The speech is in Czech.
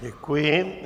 Děkuji.